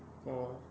orh